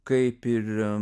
kaip ir